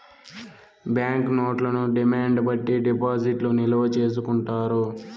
bank నోట్లను demand బట్టి డిపాజిట్లు నిల్వ చేసుకుంటారు